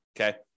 Okay